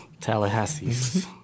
Tallahassee